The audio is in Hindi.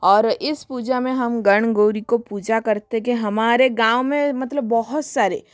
और इस पूजा में हम गण गोरी को पूजा करते कि हमारे गाँव में मतलब बहुत सारे